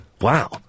Wow